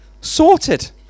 Sorted